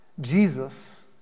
Jesus